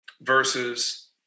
versus